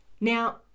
Now